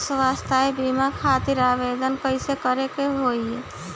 स्वास्थ्य बीमा खातिर आवेदन कइसे करे के होई?